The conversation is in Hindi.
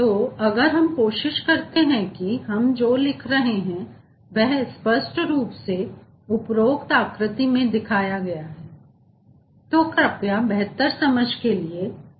तो अगर हम कोशिश करते हैं कि हम जो लिखे हैं वह स्पष्ट रूप से उपरोक्त आकृति में दिखाया गया है तो कृपया बेहतर समझ के लिए इस पर एक नज़र डालें